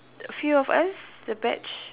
few of us the batch